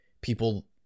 people